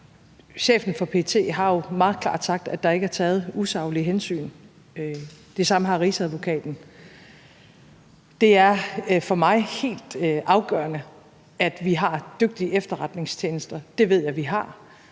Chefen for PET har jo meget klart sagt, at der ikke er taget usaglige hensyn. Det samme har Rigsadvokaten. Det er for mig helt afgørende, at vi har dygtige efterretningstjenester. Det ved jeg vi har.